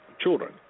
children